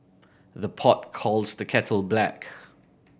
the pot calls the kettle black